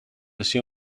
sia